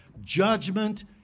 judgment